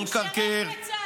לא לקרקר.